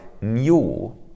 new